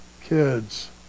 kids